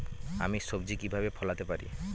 আমি সবজি কিভাবে ফলাতে পারি?